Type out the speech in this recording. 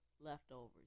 leftovers